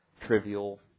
trivial